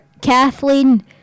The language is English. Kathleen